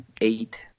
eight